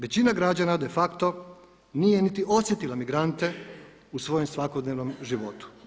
Većina građana de facto nije niti osjetila migrante u svojem svakodnevnom životu.